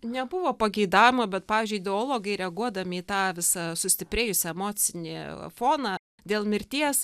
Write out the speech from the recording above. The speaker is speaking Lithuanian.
nebuvo pageidavimo bet pavyzdžiui ideologai reaguodami į tą visą sustiprėjusį emocinį foną dėl mirties